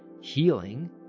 healing